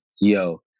yo